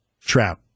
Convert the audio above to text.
trap